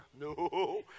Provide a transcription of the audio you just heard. No